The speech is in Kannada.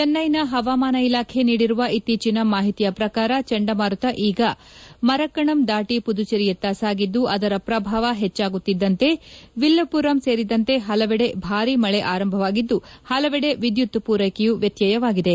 ಚೆನ್ನೈನ ಹವಾಮಾನ ಇಲಾಖೆ ನೀಡಿರುವ ಇತ್ತೀಚಿನ ಮಾಹಿತಿಯ ಪ್ರಕಾರ ಚಂಡಮಾರುತ ಈಗ ಮರಕ್ಕಣಂ ದಾಟಿ ಪುದುಚೇರಿಯತ್ತ ಸಾಗಿದ್ದು ಅದರ ಪ್ರಭಾವ ಹೆಚ್ಚಾಗುತ್ತಿದ್ದಂತೆ ವಿಲ್ಲುಪುರಂ ಸೇರಿದಂತೆ ಹಲವೆಡೆ ಭಾರಿ ಮಳೆ ಆರಂಭವಾಗಿದ್ದು ಹಲವೆಡೆ ವಿದ್ಯುತ್ ಪೂರೈಕೆಯೂ ವ್ಯತ್ಯಯವಾಗಿದೆ